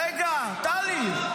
--- רגע, טלי.